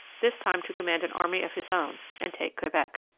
this time to command an army of his own and take quebec.